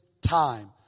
time